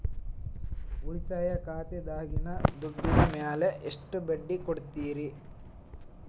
ಉಳಿತಾಯ ಖಾತೆದಾಗಿನ ದುಡ್ಡಿನ ಮ್ಯಾಲೆ ಎಷ್ಟ ಬಡ್ಡಿ ಕೊಡ್ತಿರಿ?